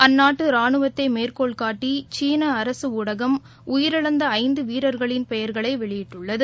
அந்நாட்டுரானுவத்தைமேற்கோள்காட்டிசீனஅரசுஊடகம் உயிரிழந்தஐந்துவீரர்களின் பெயர்களைவெளியிட்டுள்ளது